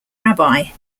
rabbi